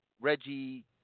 Reggie